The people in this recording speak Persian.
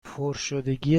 پرشدگی